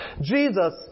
Jesus